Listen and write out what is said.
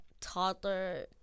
toddler